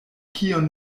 kion